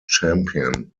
champion